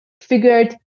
figured